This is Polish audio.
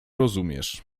rozumiesz